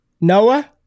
Noah